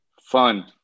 Fun